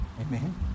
Amen